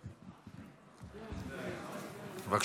,